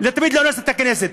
לתמיד להרוס את הכנסת.